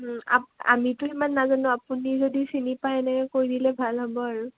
আমিতো ইমান নাজানো আপুনি যদি চিনি পায় এনেকৈ কৈ দিলে ভাল হ'ব আৰু